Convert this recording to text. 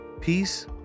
peace